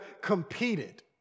competed